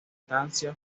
estancia